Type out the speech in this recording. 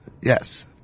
Yes